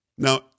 Now